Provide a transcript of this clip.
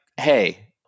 hey